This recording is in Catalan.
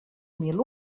mil